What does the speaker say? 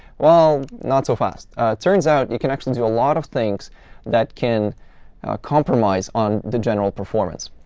well, not so fast. it turns out you can actually do a lot of things that can compromise on the general performance.